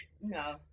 No